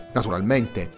naturalmente